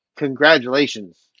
congratulations